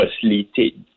facilitate